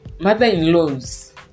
mother-in-laws